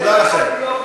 תודה לכם.